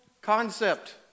concept